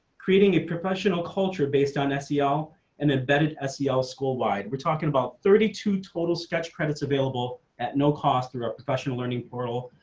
creating a professional culture based on seo and embedded es yeah el school wide, we're talking about thirty two total sketch credits available at no cost through our professional learning portal,